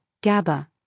GABA